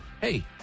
hey